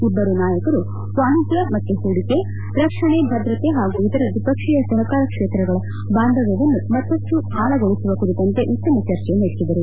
ಇಬ್ಲರೂ ನಾಯಕರು ವಾಣಿಜ್ಞ ಮತ್ತು ಹೂಡಿಕೆ ರಕ್ಷಣೆ ಮತ್ತು ಭದ್ರತೆ ಹಾಗೂ ಇತರ ದ್ವಿಪಕ್ಷೀಯ ಸಹಕಾರ ಕ್ಷೇತ್ರಗಳ ಬಾಂಧವ್ನವನ್ನು ಮತ್ತಪ್ಪು ಆಳಗೊಳಿಸುವ ಕುರಿತಂತೆ ಉತ್ತಮ ಚರ್ಚೆ ನಡೆಸಿದರು